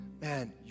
man